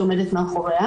שעומדת מאחוריה.